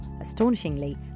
astonishingly